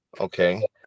Okay